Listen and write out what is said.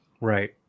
Right